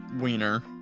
wiener